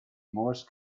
morse